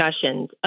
discussions